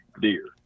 deer